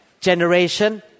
generation